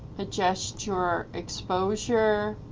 adjust your exposure,